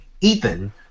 Ethan